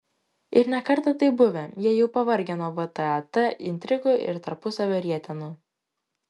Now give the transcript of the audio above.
ir ne kartą taip buvę jie jau pavargę nuo vtat intrigų ir tarpusavio rietenų